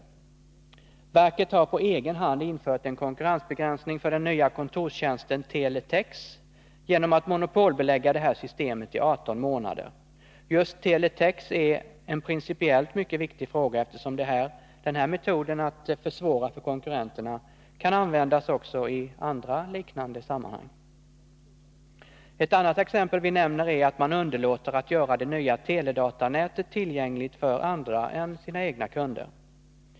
Ett exempel är att verket på egen hand har infört en konkurrensbegränsning för den nya kontorstjänsten teletex genom att monopolbelägga det här systemet i 18 månader. Just teletex är en principiellt mycket viktig fråga, eftersom den här metoden att försvåra för konkurrenterna kan användas också i andra liknande sammanhang. Ett annat exempel vi nämner är att man underlåter att göra det nya teledatanätet tillgängligt för andra än sina egna kunder.